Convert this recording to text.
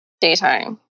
Daytime